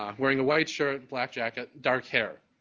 um wearing a white shirt, black jacket, dark hair.